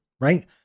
right